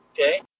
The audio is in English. Okay